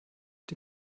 die